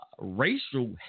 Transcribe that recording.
racial